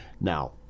now